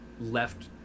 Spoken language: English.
left